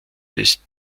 des